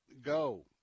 go